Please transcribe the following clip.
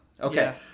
Okay